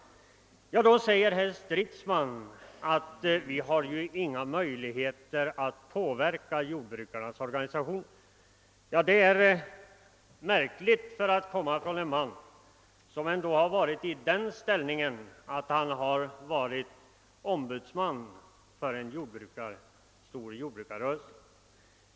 Herr Stridsman sade att centerpartisterna inte har några möjligheter att påverka jordbrukarnas organisationer. Det är ett märkligt uttalande för att komma från en man som ändå varit ombudsman för en stor jordbrukarrörelse.